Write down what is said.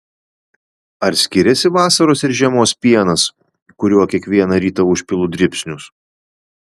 ar skiriasi vasaros ir žiemos pienas kuriuo kiekvieną rytą užpilu dribsnius